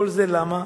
כל זה למה?